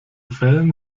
fällen